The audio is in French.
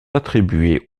attribuées